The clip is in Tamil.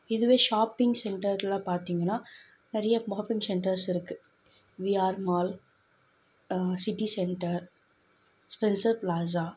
இதுவே ஷாப்பிங் சென்டர்லாம் பார்த்தீங்கன்னா நிறைய பாப்பிங்ஸ் சென்டர்ஸ் இருக்கு VR Mall City Centre Spencer plaza